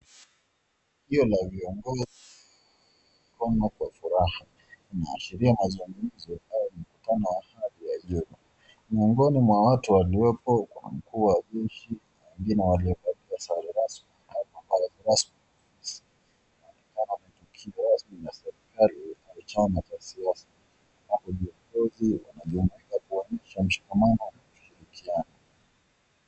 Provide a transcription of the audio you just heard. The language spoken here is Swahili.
Hiyo la uongo kama kwa furaha inaashiria mazungumzo ya amani kutokana na hali ya hiyo. Miongoni mwa watu waliopo kwa mkuu wa jeshi na wengine waliovaa sare rasmi. wanaonekana wametukiwa na serikali wameacha mambo ya siasa. Hapo viongozi wanaonekana kuonyesha mshikamano na kushirikiana.